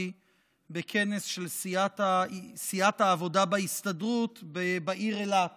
בכנס של סיעת העבודה בהסתדרות בעיר אילת